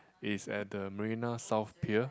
it's at the Marina South Pier